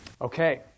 Okay